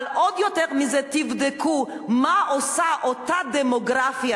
אבל עוד יותר מזה תבדקו מה עושה אותה דמוגרפיה,